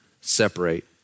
separate